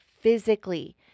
physically